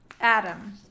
Adam